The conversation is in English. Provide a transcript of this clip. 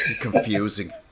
confusing